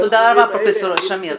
תודה רבה, פרופ' שמיר.